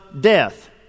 death